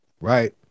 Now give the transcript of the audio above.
Right